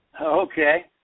Okay